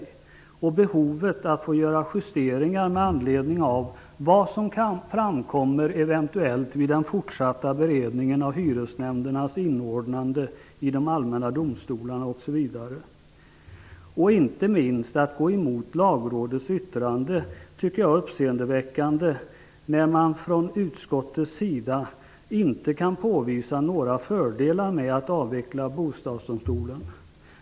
Det finns behov av att göra justeringar med anledning av vad som eventuellt framkommer vid den fortsatta beredningen av hyresnämndernas inordnande i de allmänna domstolarna osv. Jag tycker inte minst att det är uppseendeväckande att man går emot Lagrådets yttrande när man från utskottets sida inte kan påvisa några fördelar med att avveckla Bostadsdomstolen.